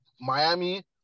Miami